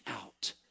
out